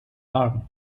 arm